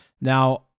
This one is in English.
Now